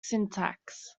syntax